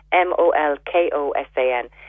M-O-L-K-O-S-A-N